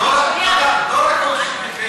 לא רק הוגשו כתבי-אישום.